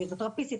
פיזיותרפיסטית,